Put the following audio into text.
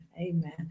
Amen